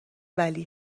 ولی